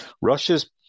Russia's